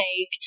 take